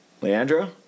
Leandro